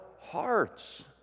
hearts